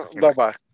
Bye-bye